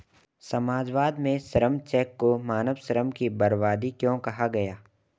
समाजवाद में श्रम चेक को मानव श्रम की बर्बादी क्यों कहा गया?